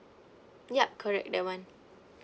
yup correct that [one]